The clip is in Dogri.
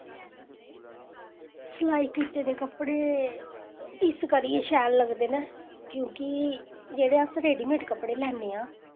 सलाई कीते दे कपड़े इस करियै शैल लगदे न क्योंकि जेह्ड़े अस रेडीमेड कपड़े लैन्ने आं